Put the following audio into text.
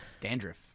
Dandruff